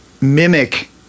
Mimic